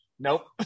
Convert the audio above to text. Nope